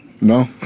No